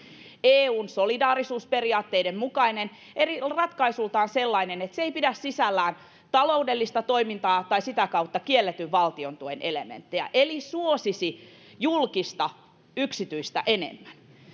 eun solidaarisuusperiaatteiden mukainen eli ratkaisuiltaan sellainen että se ei pidä sisällään taloudellista toimintaa tai sitä kautta kielletyn valtion tuen elementtejä eli suosisi julkista yksityistä enemmän